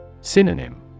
Synonym